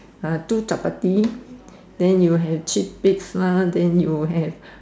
ah two Chapati then you have chickpeas lah then you have